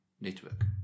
network